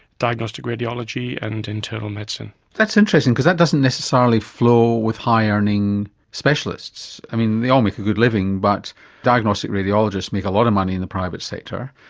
diagnostic radiology and internal medicine. that's interesting, because that doesn't necessarily flow with high earning specialists. i mean, they all make a good living, but diagnostic radiologists make a lot of money in the private sector,